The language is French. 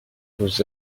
vous